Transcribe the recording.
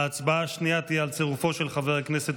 ההצבעה השנייה תהיה על צירופו של חבר הכנסת